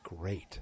great